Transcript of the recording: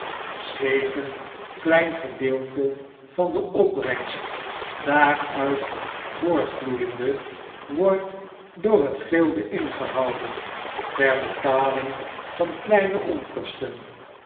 zeker klein gedeelte van de opbrengst daaruit voortvloeiende wordt door het glide ingehouden ter betaling van kleine onkosten